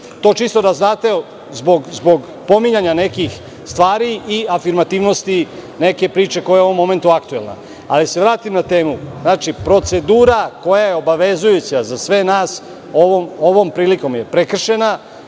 To čisto da znate, zbog pominjanja nekih svari i afirmativnosti neke priče koja je u ovom momentu aktuelna. Da se vratim na temu. Znači, procedura koja je obavezujuća za sve nas ovom prilikom je prekršena.